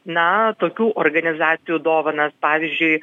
na tokių organizacijų dovanas pavyzdžiui